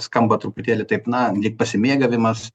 skamba truputėlį taip na lyg pasimėgavimas